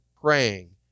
praying